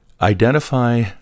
identify